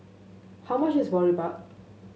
how much is Boribap